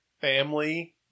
Family